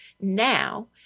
now